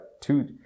two